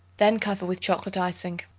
then cover with chocolate icing.